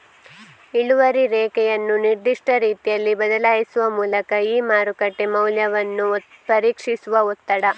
ಇಳುವರಿ ರೇಖೆಯನ್ನು ನಿರ್ದಿಷ್ಟ ರೀತಿಯಲ್ಲಿ ಬದಲಾಯಿಸುವ ಮೂಲಕ ಈ ಮಾರುಕಟ್ಟೆ ಮೌಲ್ಯವನ್ನು ಪರೀಕ್ಷಿಸುವ ಒತ್ತಡ